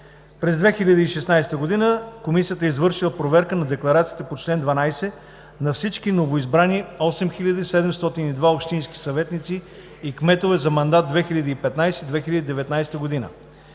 През 2016 год. КПУКИ е извършила проверка на декларациите по чл.12 на всички новоизбрани 8702 общински съветници и кметове за мандат 2015 – 2019 год.